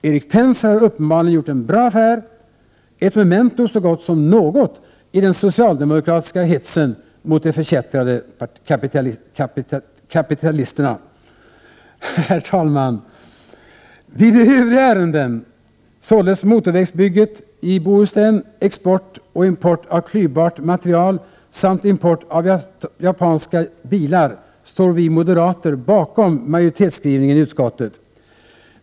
Erik Penser har uppenbarligen gjort en bra affär — ett memento så gott som något i den socialdemokratiska hetsen mot de förkättrade kapitalis Herr talman! I de övriga tre ärendena, således motorvägsbygget i Bohuslän, export och import av klyvbart material samt import av japanska bilar, står vi moderater bakom majoritetsskrivningen i utskottet.